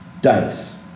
Dice